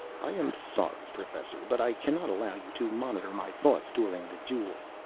i am sorry, professor, but i cannot allow you to monitor my thoughts during the duel.